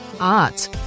art